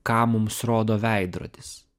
ką mums rodo veidrodis